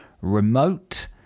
remote